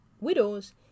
widows